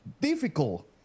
difficult